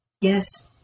Yes